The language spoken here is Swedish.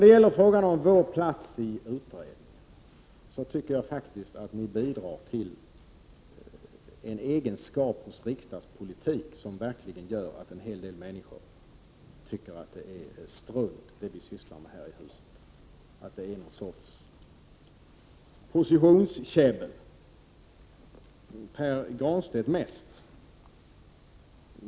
Vad gäller frågan om vår plats i utredningen tycker jag faktiskt att ni bidrar till en egenskap hos riksdagspolitik som verkligen gör att en hel del människor tycker att det är strunt det vi sysslar med här i huset, något slags positionskäbbel. Mest bidrog Pär Granstedt till detta.